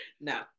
No